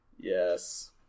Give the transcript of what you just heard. Yes